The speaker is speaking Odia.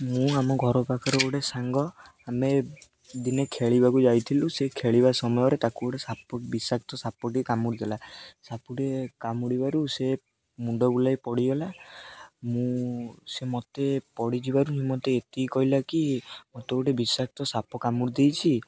ମୁଁ ଆମ ଘର ପାଖରେ ଗୋଟେ ସାଙ୍ଗ ଆମେ ଦିନେ ଖେଳିବାକୁ ଯାଇଥିଲୁ ସେ ଖେଳିବା ସମୟରେ ତାକୁ ଗୋଟେ ସାପ ବିଷାକ୍ତ ସାପଟି କାମୁଡ଼ି ଗଲା ସାପଟିଏ କାମୁଡ଼ିବାରୁ ସେ ମୁଣ୍ଡ ବୁଲାଇ ପଡ଼ିଗଲା ମୁଁ ସେ ମୋତେ ପଡ଼ିଯିବାରୁ ସେ ମୋତେ ଏତିକି କହିଲା କି ମୋତେ ଗୋଟେ ବିଷାକ୍ତ ସାପ କାମୁଡ଼ି ଦେଇଛି